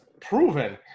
proven